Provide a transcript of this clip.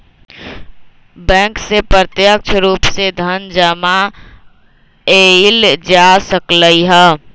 bank से प्रत्यक्ष रूप से धन जमा एइल जा सकलई ह